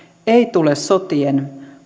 ei tule sotien